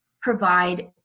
provide